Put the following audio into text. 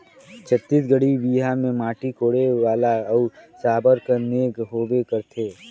छत्तीसगढ़ी बिहा मे माटी कोड़े वाला अउ साबर कर नेग होबे करथे